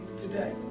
today